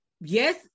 yes